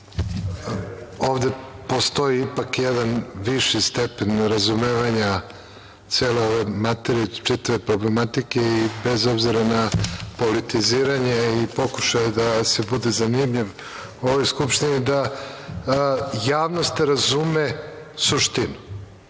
ovde postoji ipak jedan viši stepen nerazumevanja cele ove materije i čitave problematike, i bez obzira na politiziranje i pokušaja da se bude zanimljiv u ovoj Skupštini, a da javnost razume suštinu. Mi